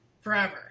forever